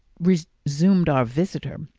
resumed our visitor,